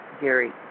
Gary